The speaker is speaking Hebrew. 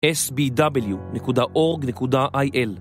Sbw.org.il